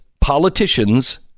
politicians